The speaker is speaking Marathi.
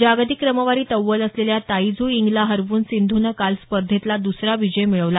जागतिक क्रमवारीत अव्वल असलेल्या ताई यू झिंगला हरवून सिंधूनं काल स्पर्धेतला दसरा विजय मिळवला